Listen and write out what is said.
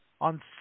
on